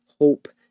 hope